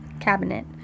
Cabinet